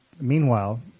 meanwhile